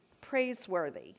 praiseworthy